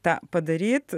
tą padaryt